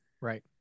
Right